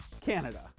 Canada